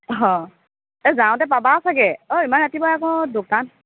এই যাওঁতে পাবা চাগৈ ইমান ৰাতিপুৱাই আকৌ দোকান